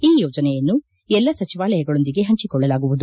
ಈ ಯೋಜನೆಯನ್ನು ಎಲ್ಲ ಸಚಿವಾಲಯಗಳೊಂದಿಗೆ ಹಂಚಿಕೊಳ್ಳಲಾಗುವುದು